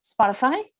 Spotify